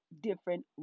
different